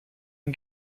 can